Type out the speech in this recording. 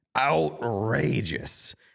outrageous